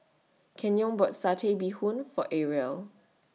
Kenyon bought Satay Bee Hoon For Aria